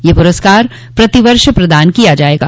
यह पुरस्कार प्रतिवर्ष प्रदान किया जायेगा